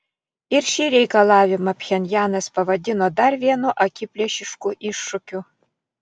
ir šį reikalavimą pchenjanas pavadino dar vienu akiplėšišku iššūkiu